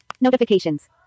Notifications